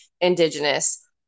indigenous